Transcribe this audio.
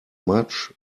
much